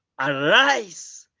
arise